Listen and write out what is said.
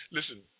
Listen